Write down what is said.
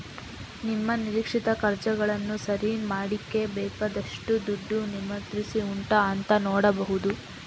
ನಿಮ್ಮ ನಿರೀಕ್ಷಿತ ಖರ್ಚುಗಳನ್ನ ಸರಿ ಮಾಡ್ಲಿಕ್ಕೆ ಬೇಕಾದಷ್ಟು ದುಡ್ಡು ನಿಮ್ಮತ್ರ ಉಂಟಾ ಅಂತ ನೋಡ್ಬಹುದು